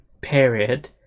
period